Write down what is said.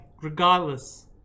regardless